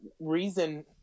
reason